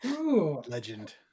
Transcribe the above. Legend